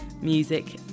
music